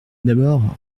d’abord